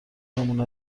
نمونه